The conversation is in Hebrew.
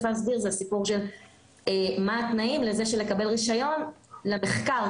להסדיר זה הסיפור של מה התנאים לקבל רישיון למחקר?